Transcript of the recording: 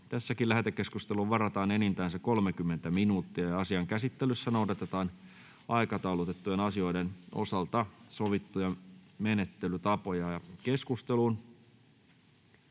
Lähetekeskusteluun varataan enintään 30 minuuttia. Asian käsittelyssä noudatetaan aikataulutettujen asioiden osalta sovittuja menettelytapoja. — Edustaja